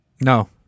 No